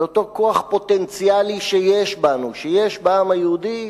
על אותו כוח פוטנציאלי שיש בנו, שיש בעם היהודי,